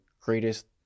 greatest